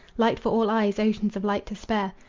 light for all eyes, oceans of light to spare,